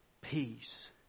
peace